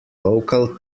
local